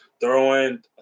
throwing